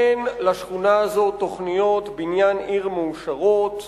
אין לשכונה הזאת תוכניות בניין עיר מאושרות.